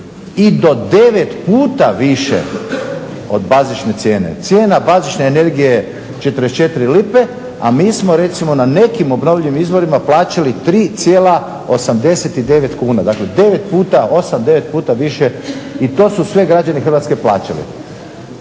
i do 9 puta više od bazične cijene. Cijena bazične energije je 44 lipe, a mi smo recimo na nekim obnovljivim izvorima plaćali 3,89 kuna, dakle 9 puta više i to su sve građani Hrvatske plaćali.